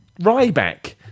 Ryback